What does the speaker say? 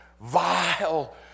vile